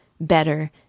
better